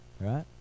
Right